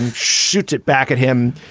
and shoots it back at him.